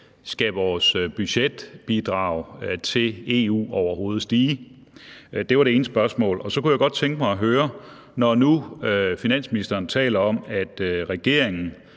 skal vores budgetbidrag til EU overhovedet stige? Det var det ene spørgsmål. Når nu finansministeren taler om, at regeringen